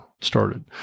started